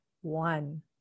one